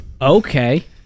Okay